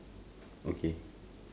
okay